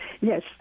Yes